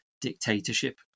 dictatorship